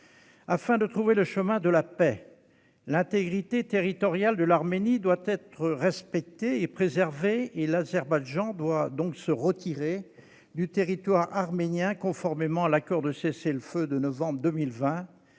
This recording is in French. Pour retrouver le chemin de la paix, l'intégrité territoriale de l'Arménie doit être respectée et préservée. L'Azerbaïdjan doit donc se retirer du territoire arménien, conformément à l'accord de cessez-le-feu de novembre 2020